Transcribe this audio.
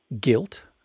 guilt